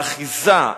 האחיזה,